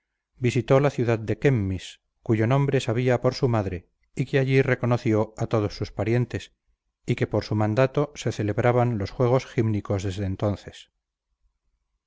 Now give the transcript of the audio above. visitó la ciudad de chemmis cuyo nombre sabía por su madre y que allí reconoció a todos sus parientes y que por su mandato se celebraban los juegos gímnicos desde entonces